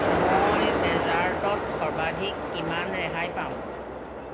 মই ডেজাৰ্টত সৰ্বাধিক কিমান ৰেহাই পাম